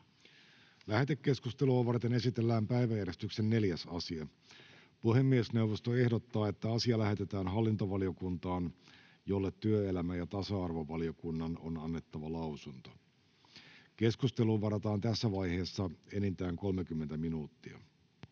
Lähetekeskustelua varten esitellään päiväjärjestyksen 4. asia. Puhemiesneuvosto ehdottaa, että asia lähetetään hallintovaliokuntaan, jolle työelämä- ja tasa-arvovaliokunnan on annettava lausunto. Keskusteluun varataan tässä vaiheessa enintään 30 minuuttia.